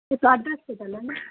ఇప్పుడు అడ్రస్ పెట్టాలండి